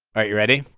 right. you ready?